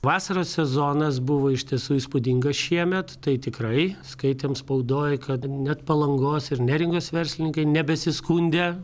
vasaros sezonas buvo iš tiesų įspūdingas šiemet tai tikrai skaitėm spaudoj kad net palangos ir neringos verslininkai nebesiskundė